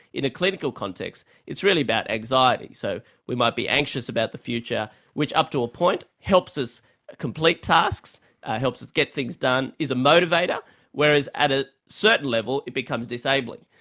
in a clinical context, it's really about anxiety. so we might be anxious about the future, which up to a point helps us complete tasks, helps us get things done, is a motivator whereas, at a certain level, it becomes disabling.